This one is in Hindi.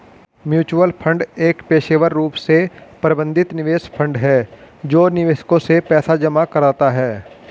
म्यूचुअल फंड एक पेशेवर रूप से प्रबंधित निवेश फंड है जो निवेशकों से पैसा जमा कराता है